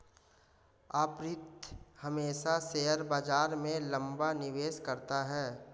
अर्पित हमेशा शेयर बाजार में लंबा निवेश करता है